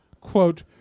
quote